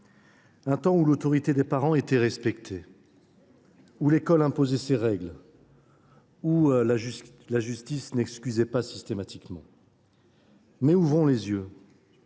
société, où l’autorité des parents était respectée, où l’école imposait ses règles et où la justice n’excusait pas systématiquement. Mais ouvrons les yeux